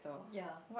ya